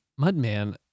Mudman